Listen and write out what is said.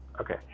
okay